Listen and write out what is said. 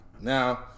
Now